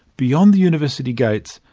beyond the university gates,